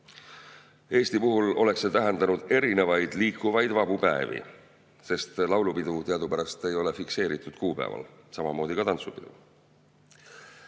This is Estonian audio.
Eesti puhul oleks see tähendanud erinevaid liikuvaid vabu päevi, sest laulupidu teadupärast ei ole fikseeritud kuupäeval, samamoodi tantsupidu.